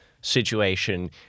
situation